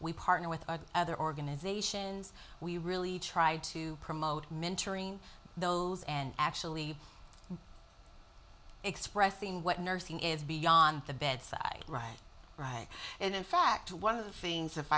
we partner with other organizations we really try to promote mentoring those and actually expressing what nursing is beyond the bedside right right and in fact one of the things